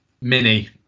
Mini